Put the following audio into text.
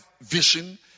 vision